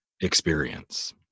experience